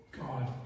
God